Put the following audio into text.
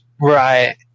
Right